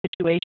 situation